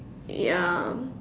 ya